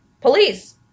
police